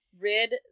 rid